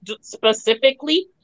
specifically